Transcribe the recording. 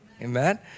amen